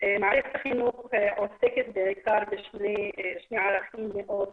מערכת החינוך עוסקת בעיקר בשני ערכים מאוד